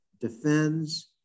defends